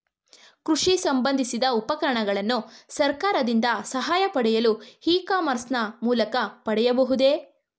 ಕೃಷಿ ಸಂಬಂದಿಸಿದ ಉಪಕರಣಗಳನ್ನು ಸರ್ಕಾರದಿಂದ ಸಹಾಯ ಪಡೆಯಲು ಇ ಕಾಮರ್ಸ್ ನ ಮೂಲಕ ಪಡೆಯಬಹುದೇ?